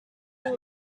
rose